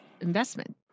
investment